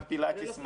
גם פילאטיס,